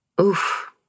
Oof